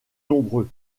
nombreux